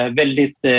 väldigt